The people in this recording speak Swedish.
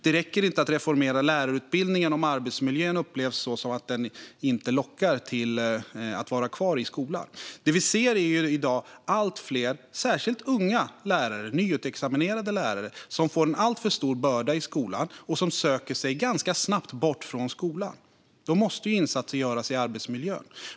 Det räcker inte att reformera lärarutbildningen om arbetsmiljön upplevs på ett sådant sätt att den inte lockar lärare att vara kvar i skolan. Det som vi i dag ser är allt fler, särskilt unga nyutexaminerade lärare, som får en alltför stor börda i skolan och som ganska snabbt söker sig bort från skolan. Då måste insatser göras i arbetsmiljön.